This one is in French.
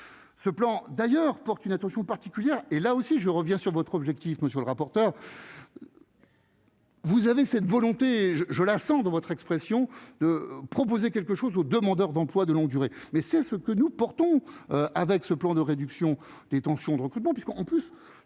ce plan d'ailleurs porte une attention particulière et là aussi je reviens sur votre objectif, monsieur le rapporteur. Vous avez cette volonté, je la sens de votre expression de proposer quelque chose aux demandeurs d'emploi de longue durée, mais c'est ce que nous portons avec ce plan de réduction des tensions de recrutement puisqu'on peut